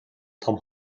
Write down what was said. том